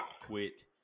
quit